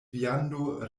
viando